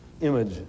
image